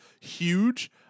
huge